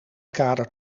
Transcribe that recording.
kader